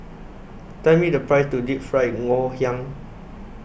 Tell Me The Price of Deep Fried Ngoh Hiang